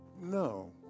No